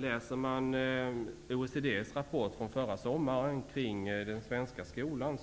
När man läser OECD:s rapport från förra sommaren om den svenska skolan,